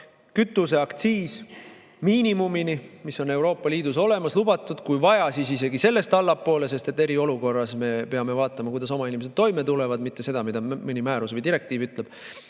kütuseaktsiis miinimumini, mis on Euroopa Liidus lubatud, ja kui vaja, siis isegi sellest allapoole, sest eriolukorras me peame vaatama, kuidas oma inimesed toime tulevad, mitte seda, mida mõni määrus või direktiiv ütleb.